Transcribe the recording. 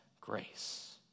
grace